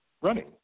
running